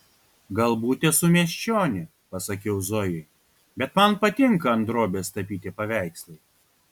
galbūt esu miesčionė pasakiau zojai bet man patinka ant drobės tapyti paveikslai